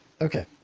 Okay